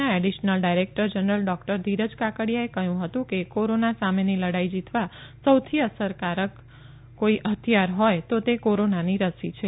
ના additional director general doctor Dhiraj કાકડયાએ કહયું હતું કે કોરોના સામેની લડાઇ જીતવા સૌથી અસરકારક કોઇ હથિથાર હોથ તો તે કોરોનાની રસી છે